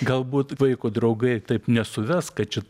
galbūt vaiko draugai taip nesuves kad čia